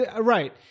right